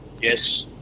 Yes